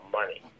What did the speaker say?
money